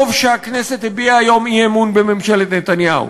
טוב שהכנסת הביעה היום אי-אמון בממשלת נתניהו.